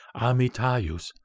Amitayus